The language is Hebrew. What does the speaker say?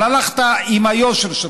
אבל הלכת עם היושר שלך.